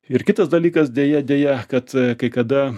ir kitas dalykas deja deja kad kai kada